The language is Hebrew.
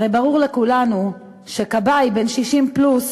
הרי ברור לכולנו שכבאי בן 60 פלוס,